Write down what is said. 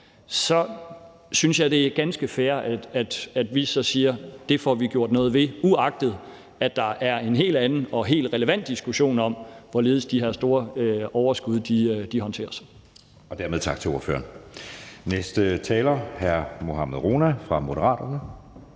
så synes jeg, det er ganske fair, at vi så siger, at det får vi gjort noget ved, uagtet at der er en helt anden og helt relevant diskussion om, hvorledes de her store overskud håndteres.